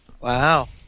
Wow